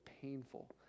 painful